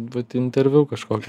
vat į interviu kažkokį